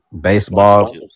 baseball